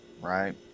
right